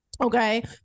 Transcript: okay